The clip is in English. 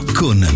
con